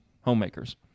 homemakers